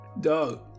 Dog